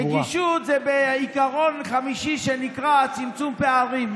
נגישות זה בעיקרון חמישי, שנקרא צמצום פערים.